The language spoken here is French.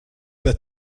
pas